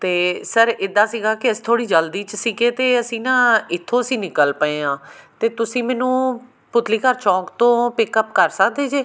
ਅਤੇ ਸਰ ਇੱਦਾਂ ਸੀਗਾ ਕਿ ਅਸੀਂ ਥੋੜ੍ਹੀ ਜਲਦੀ 'ਚ ਸੀਗੇ ਅਤੇ ਅਸੀਂ ਨਾ ਇੱਥੋਂ ਅਸੀਂ ਨਿਕਲ ਪਏ ਹਾਂ ਅਤੇ ਤੁਸੀਂ ਮੈਨੂੰ ਪੁਤਲੀ ਘਰ ਚੌਂਕ ਤੋਂ ਪਿਕਅੱਪ ਕਰ ਸਕਦੇ ਜੇ